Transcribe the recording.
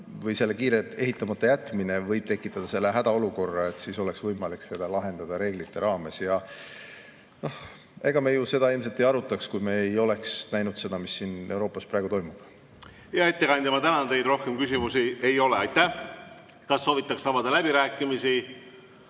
või selle kiirelt ehitamata jätmine võib tekitada selle hädaolukorra, siis oleks võimalik seda lahendada reeglite raames. Ega me seda ilmselt ei arutaks, kui me ei oleks näinud seda, mis siin Euroopas praegu toimub. Hea ettekandja, ma tänan teid! Rohkem küsimusi ei ole. Aitäh! Kas soovitakse avada läbirääkimisi?